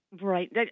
Right